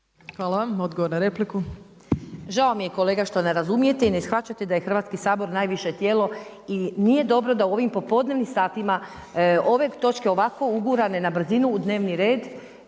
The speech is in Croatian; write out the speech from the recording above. Hvala vam. Odgovor na repliku. **Strenja, Ines (MOST)** Žao mi je kolega što ne razumijete i ne shvaćate da je Hrvatski sabor najviše tijelo i nije dobro da u ovim popodnevnim satima ove točke ovako ugurane na brzinu u dnevni red